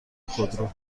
خودرو